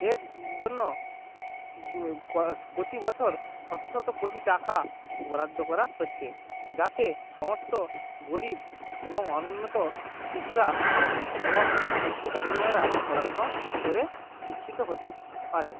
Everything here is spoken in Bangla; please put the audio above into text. এর জন্য কষ পোতি বছর শত শত কোটি টাকা বরাদ্দ করা হচ্ছে যাতে সমস্ত গরিব এবং অনুন্নত শিশুরা এবং ছেলে মেয়েরা পড়াশুনো করে শিক্ষিত হতে পারে